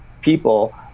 people